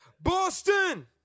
Boston